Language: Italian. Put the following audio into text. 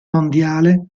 mondiale